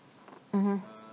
mmhmm